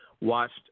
watched